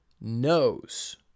knows